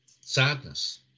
sadness